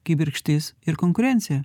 kibirkštis ir konkurencija